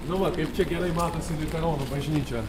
nu va tai ir čia gerai matosi liuteronų bažnyčia